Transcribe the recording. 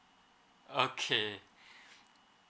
okay